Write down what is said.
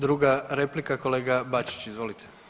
Druga replika kolega Bačić, izvolite.